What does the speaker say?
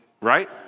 right